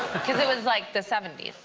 because it was like the seventy